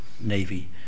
Navy